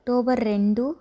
October రెండు